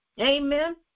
Amen